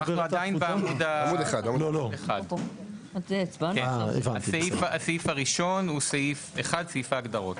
עמוד 1. הסעיף הראשון הוא סעיף 1, סעיף ההגדרות.